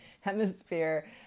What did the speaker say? hemisphere